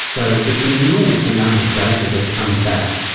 so it's an enormous amount of data that comes back.